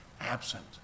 absent